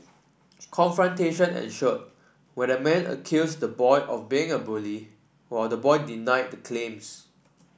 confrontation ensued where the man accused the boy of being a bully while the boy denied the claims